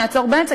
יעצור באמצע.